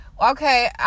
okay